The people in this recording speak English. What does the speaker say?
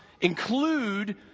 include